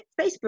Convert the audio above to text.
Facebook